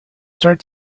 start